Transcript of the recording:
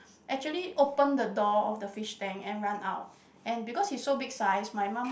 actually open the door of the fish tank and run out and because he so big size my mum